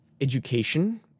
education